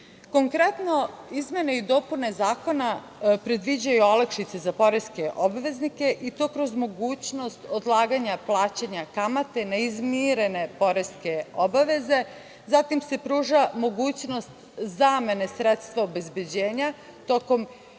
godine. Konkretno, izmene i dopune zakona predviđaju olakšice za poreske obveznike i to kroz mogućnost odlaganja plaćanja kamate neizmirene poreske obaveze. Zatim se pruža mogućnost zamene sredstva obezbeđenja tokom